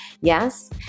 yes